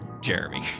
Jeremy